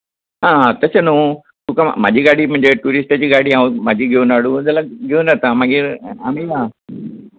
ना तशें न्हू तुका म्हाजी गाडी म्हणजे ट्युरिस्टाची गाडी म्हाजी घेवन हाडूं जाल्यार घेवून येतां मागीर आमी या